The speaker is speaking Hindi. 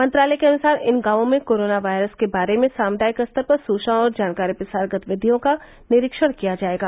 मंत्रालय के अनुसार इन गांवों में कोरोना वायरस के बारे में सामुदायिक स्तर पर सूचना और जानकारी प्रसार गतिविधियों का निरीक्षण किया जाएगा